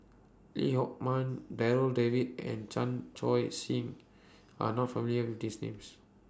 Lee Hock Moh Darryl David and Chan Choy Siong Are not familiar with These Names